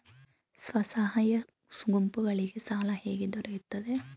ಸ್ವಸಹಾಯ ಗುಂಪುಗಳಿಗೆ ಸಾಲ ಹೇಗೆ ದೊರೆಯುತ್ತದೆ?